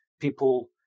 people –